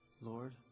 Lord